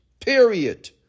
Period